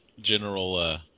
general